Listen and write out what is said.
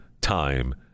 time